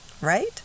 right